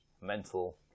mental